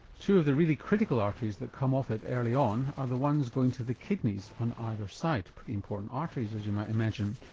two of the really critical arteries that come off it early on, are the ones going to the kidneys on either side, pretty important arteries, as you might imagine.